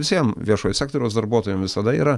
visiem viešojo sektoriaus darbuotojam visada yra